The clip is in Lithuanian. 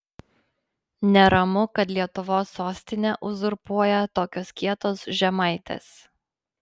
neramu kad lietuvos sostinę uzurpuoja tokios kietos žemaitės